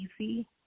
easy